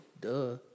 Duh